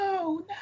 No